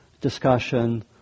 discussion